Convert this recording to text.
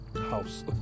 house